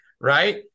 right